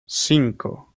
cinco